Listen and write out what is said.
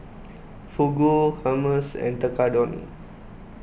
Fugu Hummus and Tekkadon